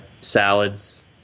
Salads